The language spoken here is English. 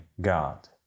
God